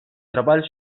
treball